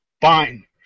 Fine